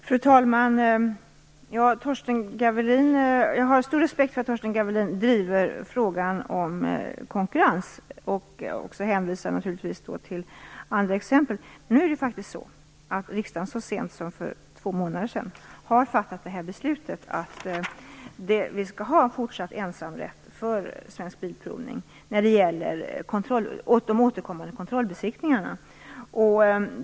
Fru talman! Jag har stor respekt för att Torsten Gavelin driver frågan om konkurrens och att han naturligtvis hänvisar till andra exempel. Men riksdagen fattade faktiskt så sent som för två månader sedan beslut om fortsatt ensamrätt för Svensk Bilprovning när det gäller de återkommande kontrollbesiktningarna.